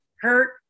hurt